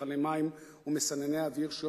מכלי מים ומסנני אוויר,